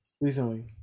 recently